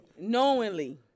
knowingly